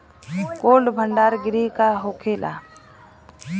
Cold भण्डार गृह का होखेला?